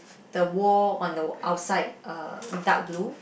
the wall on the outside uh dark blue